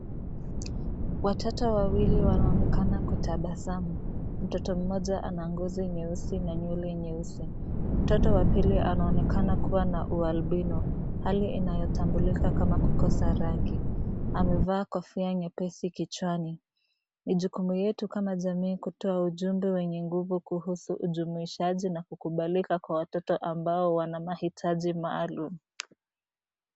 Watoto wawili wanaonekana kutabasamu. Mtoto mmoja ana ngozi nyeusi na nywele nyeusi. Mtoto wa pili anaonekana kuwa na ualbino hali inayotambulika kama kukosa rangi. Amevaa kofia nyepesi kichwani. Ni jukumu yetu kama jamii kutoa ujumbe wenye nguvu kuhusu ujumuishaji na kukubalika kwa watoto ambao wana mahitaji maalum.